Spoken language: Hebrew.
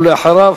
ואחריו,